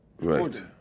Right